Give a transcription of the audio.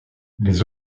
les